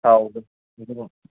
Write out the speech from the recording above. ꯊꯥꯎꯗꯣ